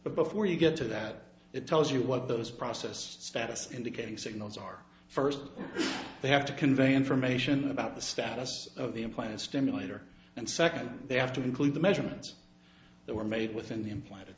but before you get to that it tells you what those process status indicating signals are first they have to convey information about the status of the implant stimulator and second they have to include the measurements that were made within the implanted